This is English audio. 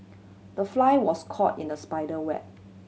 the fly was caught in the spider web